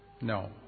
No